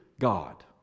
God